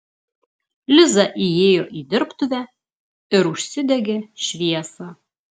liza įėjo į dirbtuvę ir užsidegė šviesą